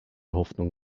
hoffnung